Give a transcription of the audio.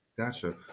Gotcha